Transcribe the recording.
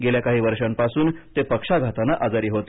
गेल्या काही वर्षांपासून ते पक्षाघातानं आजारी होते